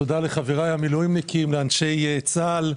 תודה לחבריי המילואימניקים, לאנשי צה"ל.